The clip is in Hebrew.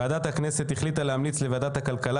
ועדת הכנסת החליטה להמליץ לוועדת הכלכלה